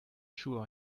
sure